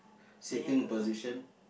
sitting position